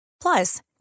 Plus